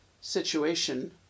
situation